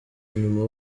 inyuma